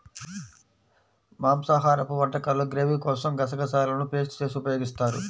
మాంసాహరపు వంటకాల్లో గ్రేవీ కోసం గసగసాలను పేస్ట్ చేసి ఉపయోగిస్తారు